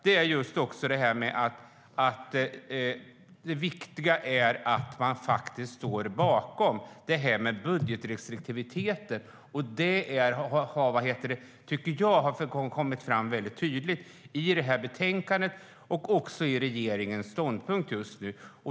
Det är även viktigt att man står bakom budgetrestriktiviteten. Det har kommit fram tydligt i betänkandet och nu också i regeringens ståndpunkt.